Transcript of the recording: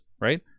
right